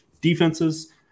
defenses